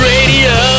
Radio